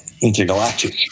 intergalactic